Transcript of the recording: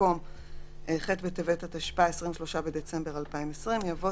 במקום "ח' בטבת התשפ"א (23 בדצמבר 2020)" יבוא